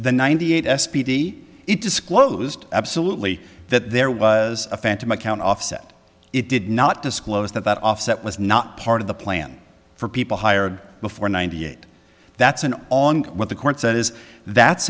the ninety eight s p d it disclosed absolutely that there was a phantom account offset it did not disclose that that offset was not part of the plan for people hired before ninety eight that's an on what the court said is that's